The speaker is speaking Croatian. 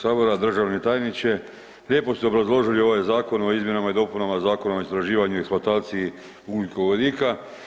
Državni tajniče, lijepo ste obrazložili ovaj Zakon o izmjenama i dopunama Zakona o istraživanju i eksploataciji ugljikovodika.